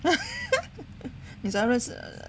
你怎样认识